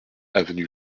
avenue